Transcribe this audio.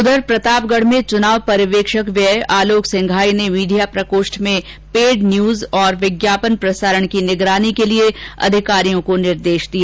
उधर प्रतापगढ में चुनाव पर्यवेक्षक व्यय आलोक सिंघाई ने मीडिया प्रकोष्ठ में पेड न्यूज और विज्ञापन प्रसारण की निगरानी के लिए अधिकारियों को निर्देश दिए